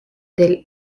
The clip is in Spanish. del